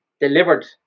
delivered